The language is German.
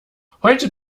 heute